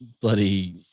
bloody